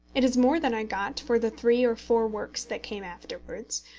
it is more than i got for the three or four works that came afterwards,